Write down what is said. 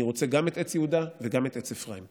אני רוצה גם את עץ יהודה וגם את עץ אפרים.